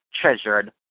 treasured